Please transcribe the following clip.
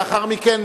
לאחר מכן,